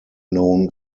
known